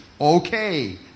Okay